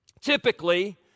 typically